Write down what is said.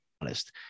honest